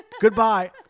goodbye